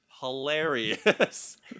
hilarious